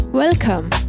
Welcome